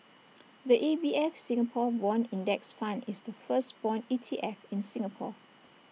the A B F Singapore Bond index fund is the first Bond E T F in Singapore